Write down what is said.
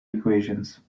equations